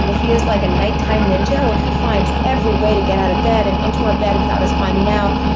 um he is like a night time ninja where he finds every way to get out of bed and into our bed without us finding out.